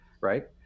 right